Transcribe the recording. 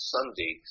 Sunday